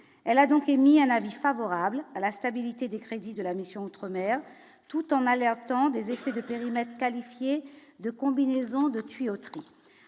elle a donc émis un avis favorable à la stabilité des crédits de la mission outre-mer tout en alertant des effets de périmètre, qualifié de combinaisons de tuyauterie